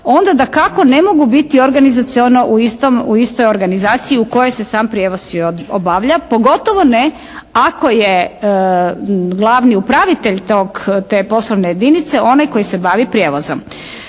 onda dakako ne mogu biti organizaciono u istom, u istoj organizaciji u kojoj se sam prijevoz obavlja, pogotovo ne ako je glavni upravitelj te poslovne jedinice onaj koji se bavi prijevozom.